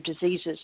diseases